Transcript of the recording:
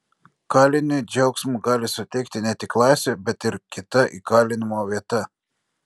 kaliniui džiaugsmo gali suteikti ne tik laisvė bet ir kita įkalinimo vieta